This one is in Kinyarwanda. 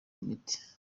imiti